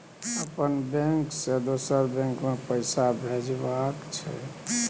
अपन बैंक से दोसर बैंक मे पैसा भेजबाक छै?